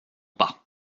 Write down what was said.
pas